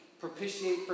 Propitiate